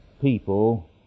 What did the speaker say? people